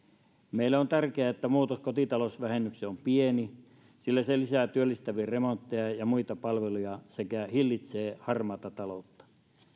meille on tärkeää että muutos kotitalousvähennykseen on pieni sillä se lisää työllistäviä remontteja ja muita palveluja sekä hillitsee harmaata taloutta